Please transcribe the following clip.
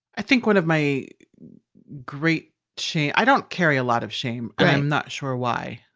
i think one of my great shame, i don't carry a lot of shame. i'm not sure why.